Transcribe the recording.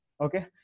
Okay